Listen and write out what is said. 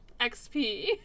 XP